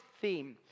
theme